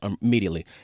immediately